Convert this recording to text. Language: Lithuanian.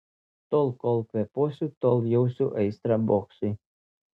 tol kol kvėpuosiu tol jausiu aistrą boksui